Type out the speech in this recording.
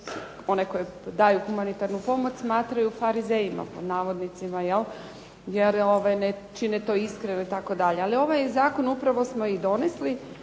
oni koji daju humanitarnu pomoć smatraju "farizejima", pod navodnicima, jel, jer ne čine to iskreno itd. Ali ovaj zakon upravo smo i donijeli